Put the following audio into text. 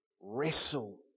Wrestle